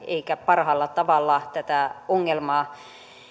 eikä parhaalla tavalla tätä ongelmaa